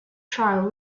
trial